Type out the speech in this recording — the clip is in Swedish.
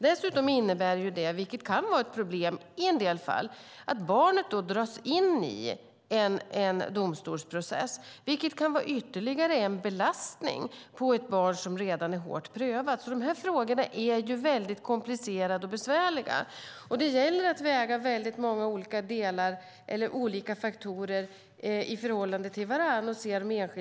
Dessutom innebär detta i en del fall att barnet dras in i en domstolsprocess, vilket kan vara ytterligare en belastning på ett barn som redan är hårt prövat. De här frågorna är väldigt komplicerade och besvärliga, och det gäller att väga olika faktorer mot varandra.